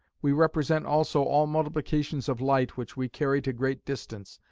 we represent also all multiplications of light, which we carry to great distance,